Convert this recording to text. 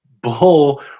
bull